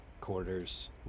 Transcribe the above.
quarters